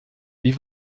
wie